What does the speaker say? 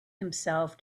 himself